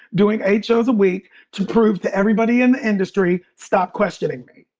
doing eight shows a week to prove to everybody in the industry, stop questioning me.